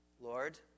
Lord